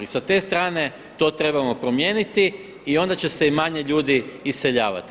I sa te strane to trebamo promijeniti i onda će se i manje ljudi iseljavati.